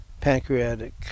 Pancreatic